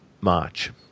March